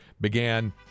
began